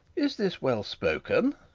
is this well spoken?